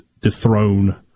dethrone